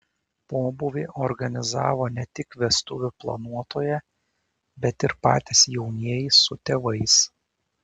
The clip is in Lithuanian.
pobūvį organizavo ne tik vestuvių planuotoja bet ir patys jaunieji su tėvais